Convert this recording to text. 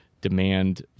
demand